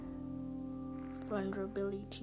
vulnerability